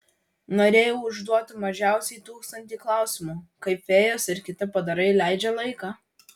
norėjau užduoti mažiausiai tūkstantį klausimų kaip fėjos ir kiti padarai leidžia laiką